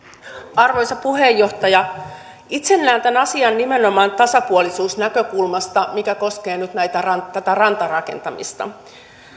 arvoisa puheenjohtaja itse näen tämän asian nimenomaan tasapuolisuusnäkökulmasta mikä koskee nyt tätä rantarakentamista